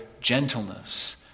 gentleness